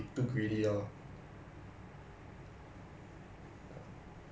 ya I just don't understand those that 要 snake 别人